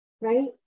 right